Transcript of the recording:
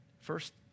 First